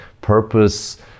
purpose